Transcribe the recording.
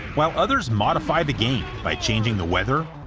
while others modify the game by changing the weather,